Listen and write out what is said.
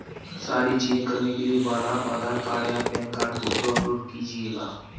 सारी चीजें करने के बाद आप आधार कार्ड या पैन कार्ड फोटो अपलोड कीजिएगा